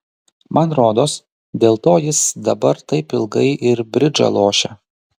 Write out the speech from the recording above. man rodos dėl to jis dabar taip ilgai ir bridžą lošia